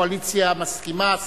הקואליציה מסכימה,